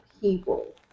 people